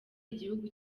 igihugu